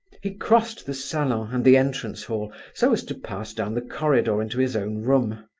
he crossed the salon and the entrance-hall, so as to pass down the corridor into his own room.